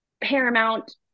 paramount